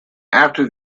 after